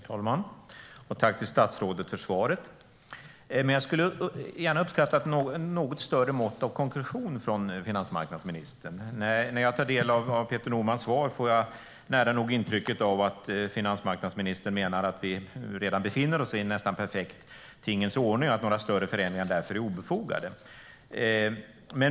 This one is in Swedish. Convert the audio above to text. Herr talman! Jag tackar statsrådet för svaret. Jag skulle dock ha uppskattat ett något större mått av konkretion från finansmarknadsministern. När jag tar del av Peter Normans svar får jag nära nog intrycket av att finansmarknadsministern menar att vi redan befinner oss i en nästan perfekt tingens ordning och att några större förändringar därför är obefogade.